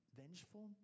vengeful